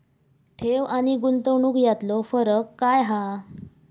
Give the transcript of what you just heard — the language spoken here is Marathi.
ठेव आनी गुंतवणूक यातलो फरक काय हा?